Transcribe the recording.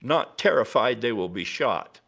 not terrified they will be shot